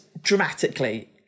dramatically